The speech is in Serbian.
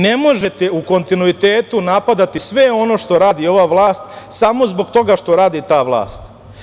Ne možete u kontinuitetu napadati sve ono što radi ova vlast samo zbog toga što radi ta vlast.